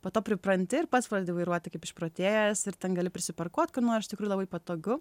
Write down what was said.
po to pripranti ir pats pradedi vairuoti kaip išprotėjęs ir ten gali prisiparkuot kur nori iš tikrųjų labai patogu